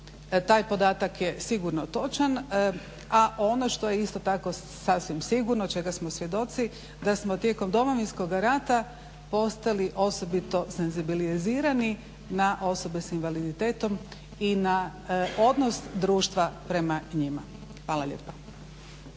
Taj podatak je sigurno točan, a ono što je isto tako sasvim sigurno čega smo svjedoci da smo tijekom Domovinskoga rata postali osobito senzibilizirani na osobe sa invaliditetom i na odnos društva prema njima. Hvala lijepa.